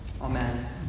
Amen